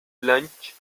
lunch